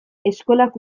eskolak